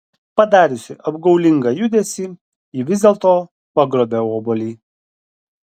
padariusi apgaulingą judesį ji vis dėlto pagrobia obuolį